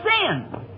sin